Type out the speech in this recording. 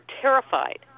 terrified